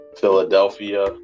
Philadelphia